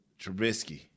Trubisky